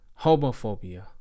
homophobia